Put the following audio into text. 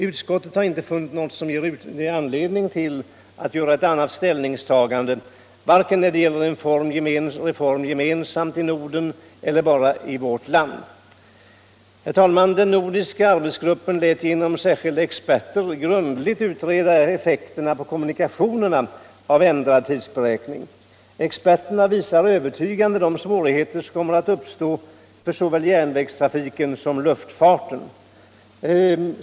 Utskottet har inte funnit något som ger utskottet anledning till ett annat ställningstagande, varken när det gäller en reform gemensamt i Norden eller bara i vårt land. Herr talman! Den nordiska arbetsgruppen lät genom särskilda experter grundligt utreda effekterna på kommunikationerna av ändrad tidsberäkning. Experterna visar övertygande de svårigheter som kommer att uppstå för såväl järnvägstrafiken som luftfarten.